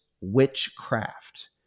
witchcraft